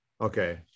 Okay